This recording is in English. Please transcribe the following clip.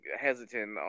hesitant